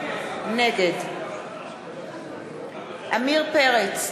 נגד עמיר פרץ,